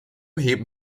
heben